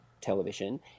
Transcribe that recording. television